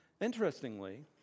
Interestingly